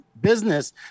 business